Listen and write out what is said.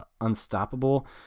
unstoppable